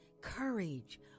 courage